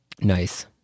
Nice